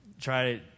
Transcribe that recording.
try